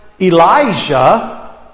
Elijah